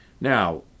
Now